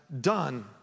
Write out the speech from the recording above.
done